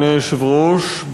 אדוני היושב-ראש,